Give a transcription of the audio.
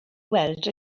weld